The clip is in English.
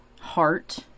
heart